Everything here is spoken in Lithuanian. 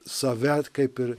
save kaip ir